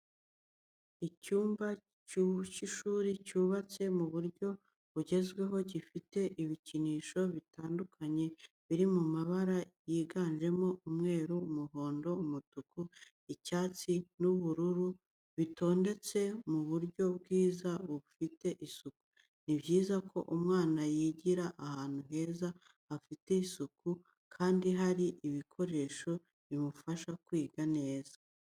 Icyumba cy'ishuri cyubatse mu buryo bugezweho gifite ibikinisho bitandukanye biri mabara yiganjemo umweru, umuhondo, umutuku, icyatsi n'ubururu bitondetse mu buryo bwiza bufite isuku. Ni byiza ko umwana yigira ahantu heza hafite isuku kandi hari ibikoresho bimufasha kwiga neza.